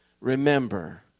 Remember